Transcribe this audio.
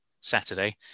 Saturday